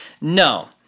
No